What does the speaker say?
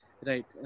Right